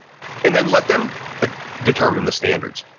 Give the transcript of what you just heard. and then let them ah determine the standards.